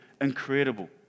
Incredible